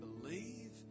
believe